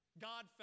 God